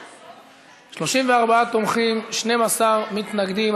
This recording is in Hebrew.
3), התשע"ז 2017. 34 תומכים, 12 מתנגדים.